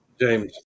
James